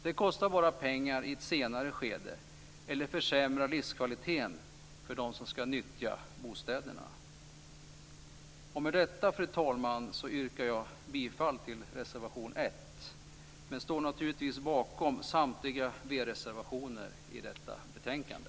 Det kostar bara pengar i ett senare skede eller försämrar livskvaliteten för dem som ska nyttja bostäderna. Med detta, fru talman, yrkar jag bifall till reservation 1, men jag står naturligtvis bakom samtliga vreservationer i detta betänkande.